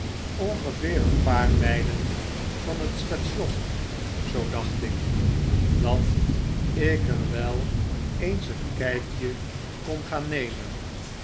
ongeveer een paarmylenvan het station zoo dacht ik dat ik er wel eens een kykje kon gaan nemen